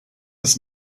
his